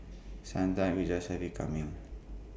sometimes we just have IT coming